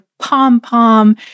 pom-pom